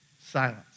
Silence